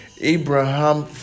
abraham